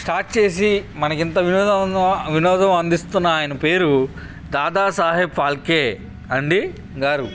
start చేసి మనకి ఇంత వినోదం వినోదం అందిస్తున్న ఆయన పేరు దాదా సాహెబ్ ఫాల్కే అండి గారు